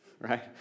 right